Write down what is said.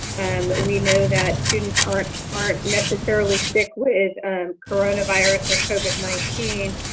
and we know that students aren't aren't necessarily sick with coronavirus or covid nineteen,